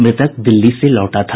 मृतक दिल्ली से लौटा था